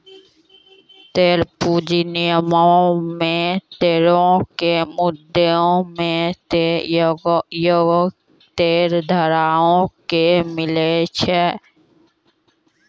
share पूंजी निगमो मे शेयरो के मुद्दइ मे से एगो शेयरधारको के मिले छै